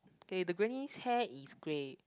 K the granny's hair is grey